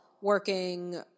working